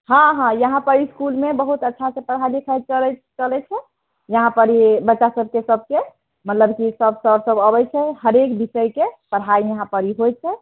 हँ हँ यहाँ पर इसकुलमे बहुत अच्छा से पढ़ाइ लिखाइ चलैत चलैत छै यहाँ परी बच्चा सबकेँ सबकेँ मतलब कि सब सर सब अबैत छै हरेक विषयके पढ़ाइ इहाँ परी होइत छै